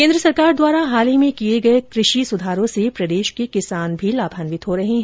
केन्द्र सरकार द्वारा हाल ही में किए गए कृषि सुधारों से प्रदेश के किसान भी लाभान्वित हो रहे हैं